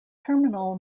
terminal